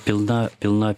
pilna pilna